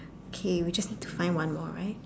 K we just need to find one more right